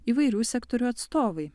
įvairių sektorių atstovai